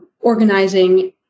organizing